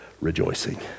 rejoicing